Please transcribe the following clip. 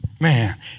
Man